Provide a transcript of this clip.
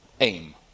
aim